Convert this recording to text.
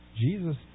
Jesus